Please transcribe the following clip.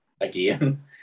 again